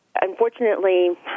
unfortunately